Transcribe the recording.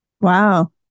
Wow